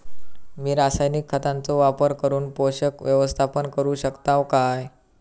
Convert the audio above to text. मी रासायनिक खतांचो वापर करून पोषक व्यवस्थापन करू शकताव काय?